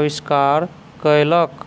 आविष्कार कयलक